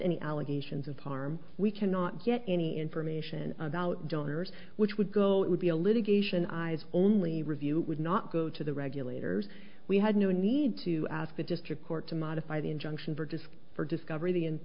any allegations of parm we cannot get any information about donors which would go it would be a litigation i've only review would not go to the regulators we had no need to ask the district court to modify the injunction for disc for discovery